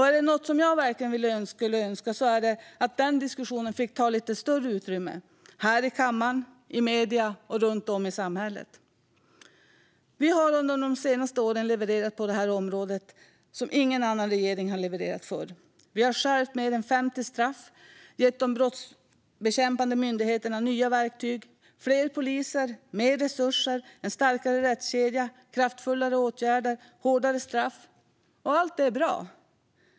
Är det något jag verkligen skulle önska är det att den diskussionen fick ta ett lite större utrymme här i kammaren, i medierna och runt om i samhället. Vi har under de senaste åren levererat på detta område som ingen regering levererat förr. Vi har skärpt mer än 50 straff och gett de brottsbekämpande myndigheterna nya verktyg. Det handlar om fler poliser, mer resurser, en starkare rättskedja, kraftfullare åtgärder och hårdare straff. Allt detta är bra.